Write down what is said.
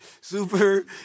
super